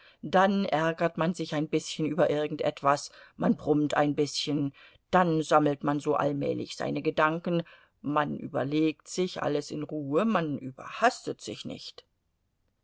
dann ärgert man sich ein bißchen über irgend etwas man brummt ein bißchen dann sammelt man so allmählich seine gedanken man überlegt sich alles in ruhe man überhastet sich nicht